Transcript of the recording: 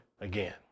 again